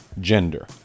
gender